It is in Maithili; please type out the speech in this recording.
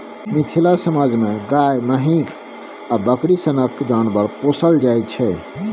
मिथिला समाज मे गाए, महीष आ बकरी सनक जानबर पोसल जाइ छै